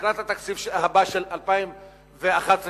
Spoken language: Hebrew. לקראת התקציב הבא של 2011 כביכול,